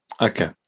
Okay